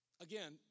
Again